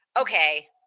okay